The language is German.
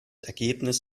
ergebnis